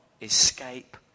escape